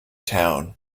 town